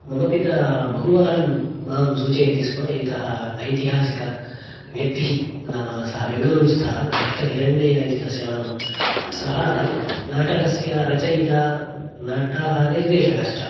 मम पिता बहुवारं मां सूचयति स्म एकः ऐतिहासिकव्यक्तिः नाम सः बेङ्गूरुस्थः मास्टर् हिरण्णय्य इति तस्य नाम सः नाटकस्य रचयिता नटः निर्देशकश्च